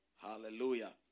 Hallelujah